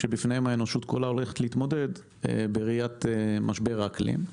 שבפניהם האנושות כולה הולכת להתמודד עם משבר האקלים.